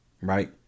right